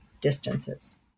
distances